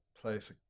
place